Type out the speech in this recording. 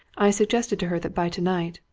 i suggested to her that by tonight,